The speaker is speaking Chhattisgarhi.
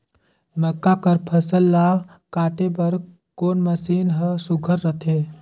मक्का कर फसल ला काटे बर कोन मशीन ह सुघ्घर रथे?